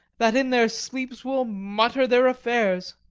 that in their sleeps will mutter their affairs